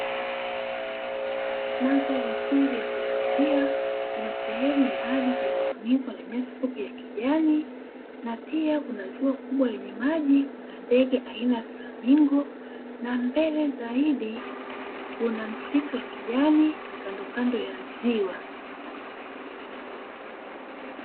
Maadhari nzuri ya kuvutia Kuna sehemu ya ardhi iliyofunikwa na nyasi fupi ya kijani na pia Kuna ziwa kubwa lenye maji ,Kuna ndege aina ya flamingo na mbele zaidi Kuna msitu wa kijani kandokando ya ziwa.